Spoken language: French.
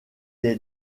est